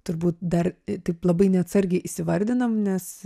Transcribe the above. turbūt dar taip labai neatsargiai įsivardinam nes